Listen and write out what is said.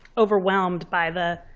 overwhelmed by the